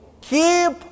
Keep